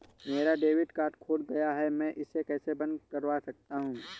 मेरा debit card खो गया है मैं इसे कैसे बंद करवा सकता हूँ?